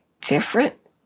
different